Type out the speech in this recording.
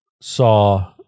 saw